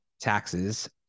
taxes